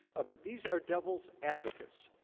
but these are devil's advocates,